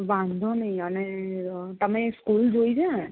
વાંધો નહીં અને તમે સ્કૂલ જોઈ છે ને